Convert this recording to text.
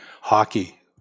hockey